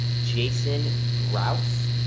jason brouse,